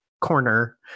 corner